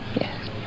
yes